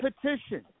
petition